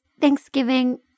thanksgiving